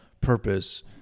purpose